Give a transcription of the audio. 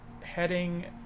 heading